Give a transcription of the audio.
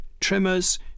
trimmers